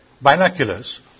Binoculars